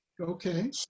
okay